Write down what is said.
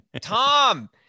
Tom